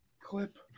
Clip